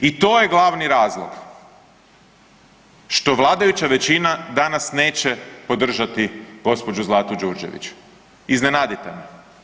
I to je glavni razlog što vladajuća većina danas neće podržati gđu. Zlatu Đurđević, iznenadite me.